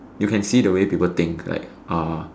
you can see the way people think like uh